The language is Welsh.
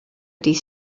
dydd